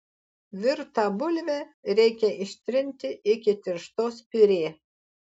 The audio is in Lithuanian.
virtą bulvę reikia ištrinti iki tirštos piurė